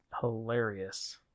hilarious